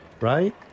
Right